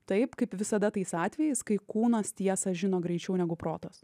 taip kaip visada tais atvejais kai kūnas tiesą žino greičiau negu protas